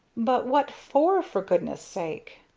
but what for, for goodness sake.